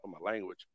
language